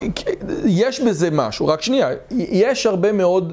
יש בזה משהו, רק שנייה, יש הרבה מאוד...